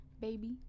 baby